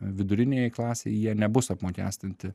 viduriniajai klasei jie nebus apmokestinti